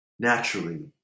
Naturally